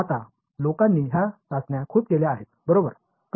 आता लोकांनी या चाचण्या खूप केल्या आहेत बरोबर